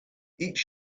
each